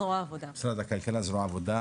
זרוע העבודה,